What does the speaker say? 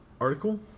article